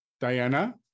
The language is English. Diana